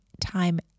time